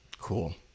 cool